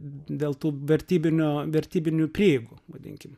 dėl tų vertybinio vertybinių prieigų vadinkim